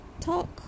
talk